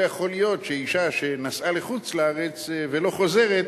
לא יכול להיות שאשה שנסעה לחוץ-לארץ ולא חוזרת,